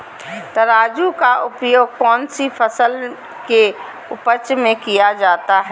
तराजू का उपयोग कौन सी फसल के उपज में किया जाता है?